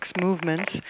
movements